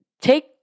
take